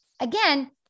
again